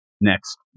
next